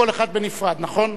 כל אחד בנפרד, נכון?